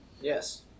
Yes